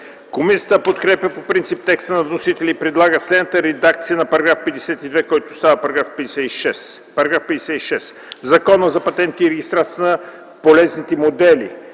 Комисията подкрепя по принцип текста на вносителя и предлага следната редакция на § 52, който става § 56: „§ 56. В Закона за патентите и регистрацията на полезните модели